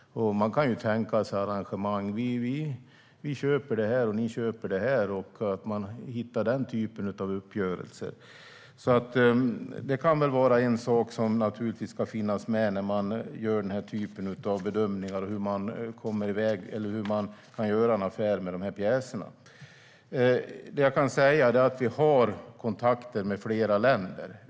Man kan tänka sig arrangemang där man hittar en typ av uppgörelser där man säger att vi köper det här och ni köper det här. Det ska naturligtvis finnas med när man gör den här typen av bedömningar av hur man kan göra en affär med de här pjäserna. Det jag kan säga är att vi har kontakter med flera länder.